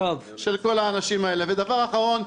דבר אחרון,